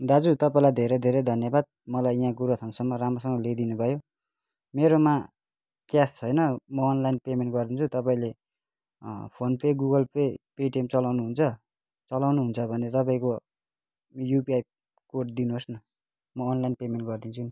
दाजु तपाईँलाई धेरै धेरै धन्यवाद मलाई यहाँ गोरूबथानसमम्म राम्रोसँग ल्याइदिनुभयो मेरोमा क्यास छैन म अनलाइन पेमेन्ट गरिदिन्छु तपाईँले PhonePe Google Pay Paytm चलाउनुहुन्छ चलाउनुहुन्छ भने तपाईँको युपिआई कोड दिनुहोस् न म अनलाइन पेमेन्ट गरिदिन्छु नि